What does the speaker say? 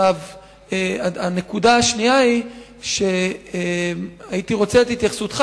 נקודה שנייה: הייתי רוצה את התייחסותך,